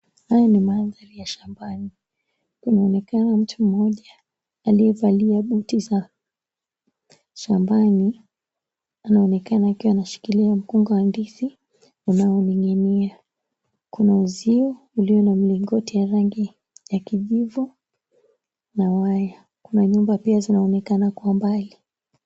Haya ni mandhari ya shambani. Kunaonekana mtu mmoja aliyevalia buti za shambani, anaonekana akiwa anashikilia mkunga wa ndizi unaoning'inia. Kuna uzio ulio na milingoti ya rangi ya kijivu na waya. Kuna nyumba pia zinaonekana kwa mbali.